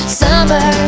summer